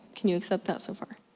can you accept that so far?